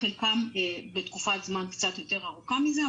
חלקם בתקופת זמן קצת יותר ארוכה מזה,